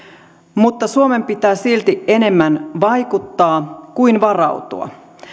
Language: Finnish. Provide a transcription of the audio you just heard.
mutta suomen pitää silti enemmän vaikuttaa kuin varautua